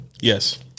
Yes